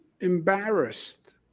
embarrassed